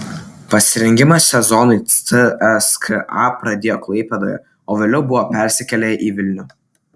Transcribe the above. pasirengimą sezonui cska pradėjo klaipėdoje o vėliau buvo persikėlę į vilnių